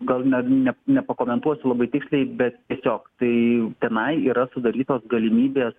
gal ne ne nepakomentuosiu labai tiksliai bet tiesiog tai tenai yra sudarytos galimybės